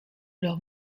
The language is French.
leur